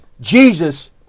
Jesus